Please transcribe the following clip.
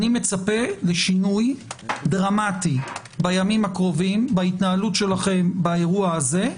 אני מצפה לשינוי דרמטי בימים הקרובים בהתנהלות שלכם באירוע הזה,